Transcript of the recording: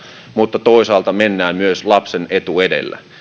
mutta toisaalta mennään myös lapsen etu edellä